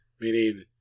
meaning